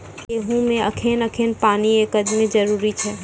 गेहूँ मे कखेन कखेन पानी एकदमें जरुरी छैय?